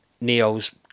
Neo's